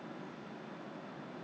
可以买一些来吃吃一下